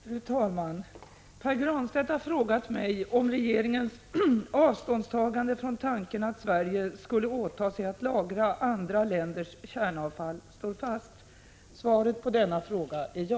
Fru talman! Pär Granstedt har frågat mig om regeringens avståndstagande från ”tanken att Sverige skulle åta sig att lagra andra länders kärnavfall” står fast. Svaret på denna fråga är ja.